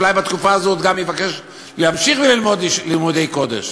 אולי בתקופה הזו הוא גם יבקש להמשיך וללמוד לימודי קודש.